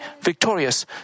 victorious